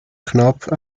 knapp